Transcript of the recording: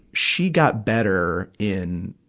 she got better in,